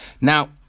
Now